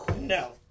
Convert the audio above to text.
No